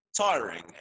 tiring